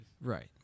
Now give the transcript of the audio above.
Right